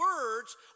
words